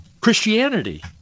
Christianity